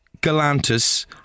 Galantis